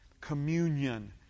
communion